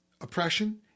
oppression